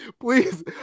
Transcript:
please